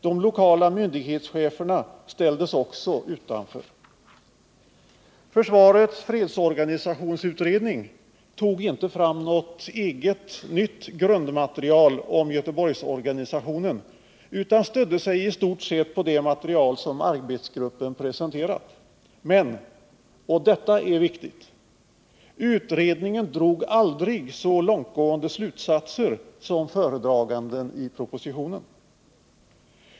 De lokala myndighetscheferna ställdes också utanför. Försvarets fredsorganisationsutredning tog inte fram något eget nytt grundmateriai om Göteborgsorganisationen utan stödde sig i stort sett på det material som arbetsgruppen presenterat, men — och detta är viktigt — utredningen drog aldrig så långtgående slutsatser som föredraganden i propositionen.